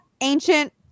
ancient